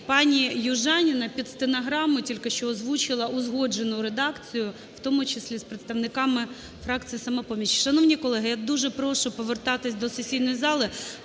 пані Южаніна під стенограму тільки що озвучила узгоджену редакцію, в тому числі з представниками фракції "Самопоміч". Шановні колеги, я дуже прошу повертатись до сесійної зали,